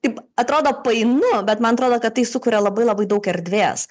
kaip atrodo painu bet man atrodo kad tai sukuria labai labai daug erdvės